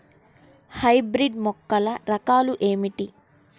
Hybrid మొక్కల రకాలు ఏమిటీ?